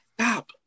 Stop